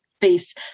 face